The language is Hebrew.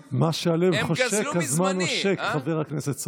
סובה, כל תחום שתזרוק יש שר.